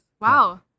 Wow